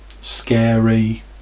scary